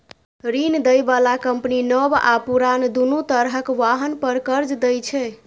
ऋण दै बला कंपनी नव आ पुरान, दुनू तरहक वाहन पर कर्ज दै छै